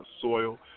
soil